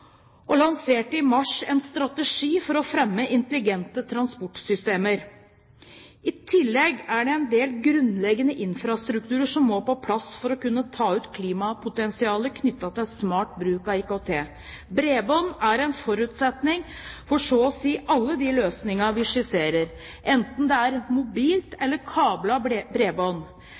og lanserte i mars en strategi for å fremme intelligente transportsystemer. I tillegg er det en del grunnleggende infrastrukturer som må på plass for å kunne ta ut klimapotensialet knyttet til smart bruk av IKT. Bredbånd er en forutsetning for så å si alle de løsningene vi skisserer, enten det er mobilt eller kablet bredbånd. Regjeringens vedtak om å tilby ledige frekvenser for mobilt bredbånd